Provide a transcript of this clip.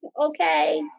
Okay